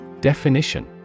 Definition